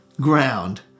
ground